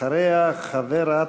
אחריה, חברת